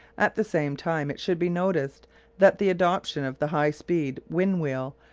at the same time it should be noticed that the adoption of the high speed wind-wheel,